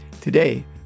Today